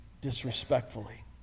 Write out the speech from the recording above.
disrespectfully